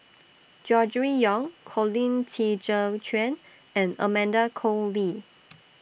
Gregory Yong Colin Qi Zhe Quan and Amanda Koe Lee